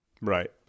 Right